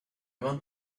want